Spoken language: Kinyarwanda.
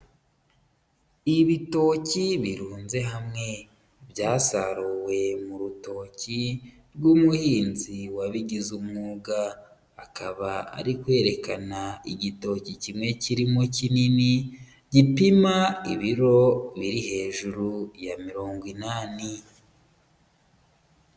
Ibitoki birunze hamwe byasaruwe mu rutoki rw'umuhinzi wabigize umwuga, akaba ari kwerekana igitoki kimwe kirimo kinini gipima ibiro biri hejuru ya mirongo inani.